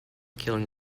killing